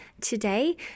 today